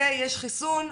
יש חיסון,